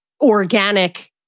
organic